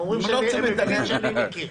הם מבינים שאני מכיר.